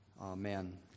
Amen